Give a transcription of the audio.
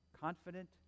confident